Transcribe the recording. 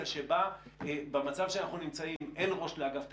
שבה במצב שאנחנו נמצאים אין ראש לאגף תקציבים,